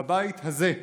בבית הזה,